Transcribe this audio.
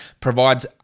provides